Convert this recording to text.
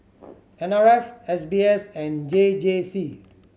N R F S B S and J J C